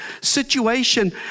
situation